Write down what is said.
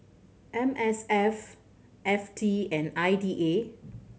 M S F F T and I D A